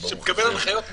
ברוך השם,